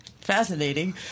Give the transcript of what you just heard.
fascinating